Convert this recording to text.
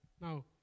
Now